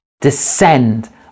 descend